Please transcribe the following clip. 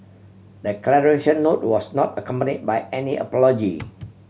the note was not accompany by any apology